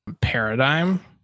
paradigm